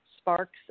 Sparks